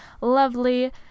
lovely